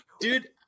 Dude